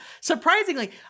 surprisingly